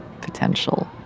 potential